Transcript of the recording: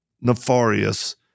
nefarious